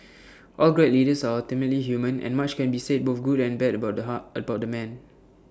all great leaders are ultimately human and much can be said both good and bad about the heart about the man